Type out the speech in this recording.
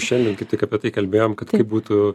šiandien kaip tik apie tai kalbėjom kad kaip būtų